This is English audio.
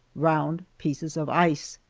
round pieces of ice!